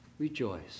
Rejoice